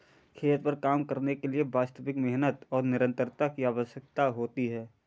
खेत पर काम करने के लिए वास्तविक मेहनत और निरंतरता की आवश्यकता होती है